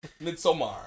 Midsummer